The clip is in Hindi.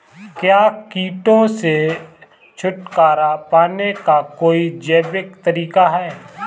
क्या कीटों से छुटकारा पाने का कोई जैविक तरीका है?